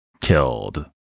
killed